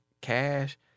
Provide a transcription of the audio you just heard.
cash